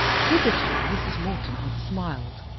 hitherto mrs. morton had smiled.